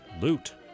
Loot